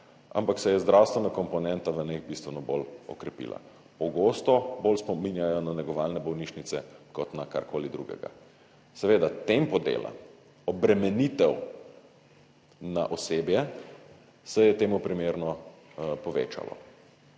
ampak se je zdravstvena komponenta v njej bistveno bolj okrepila. Pogosto bolj spominjajo na negovalne bolnišnice kot na karkoli drugega. Seveda tempo dela, obremenitev na osebje se je temu primerno **43.